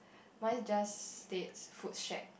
mine is just States food shack